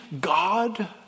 God